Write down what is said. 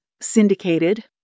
syndicated